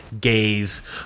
gays